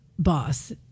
boss